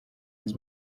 his